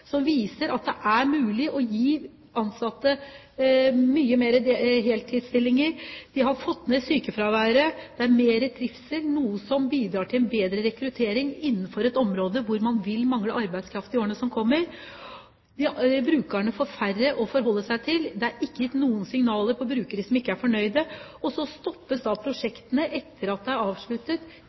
som viser at det er mulig å gi ansatte mye mer heltidsstillinger. De har fått ned sykefraværet, det er mer trivsel, noe som bidrar til en bedre rekruttering innenfor et område hvor man vil mangle arbeidskraft i årene som kommer. Brukerne får færre å forholde seg til, det er ikke gitt noen signaler om brukere som ikke er fornøyde. Så stoppes da prosjektene etter at de er avsluttet,